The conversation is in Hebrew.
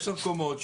עשר קומות,